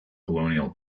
colonial